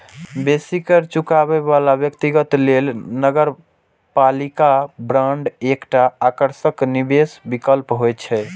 बेसी कर चुकाबै बला व्यक्ति लेल नगरपालिका बांड एकटा आकर्षक निवेश विकल्प होइ छै